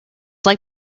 like